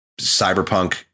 cyberpunk